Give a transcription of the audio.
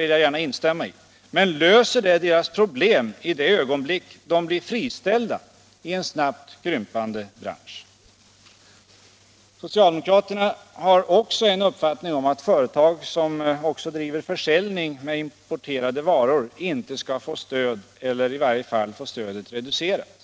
vill jag gärna instämma i, men löser det deras problem i det ögonblick då de blir friställda i en snabbt krympande bransch? Socialdemokraterna har också en uppfattning om att företag som även driver försäljning med importerade varor inte skall få stöd eller i varje — Nr 138 fall få stödet reducerat.